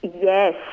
Yes